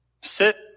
sit